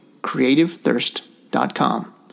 CreativeThirst.com